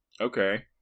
Okay